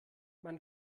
man